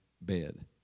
bed